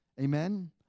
Amen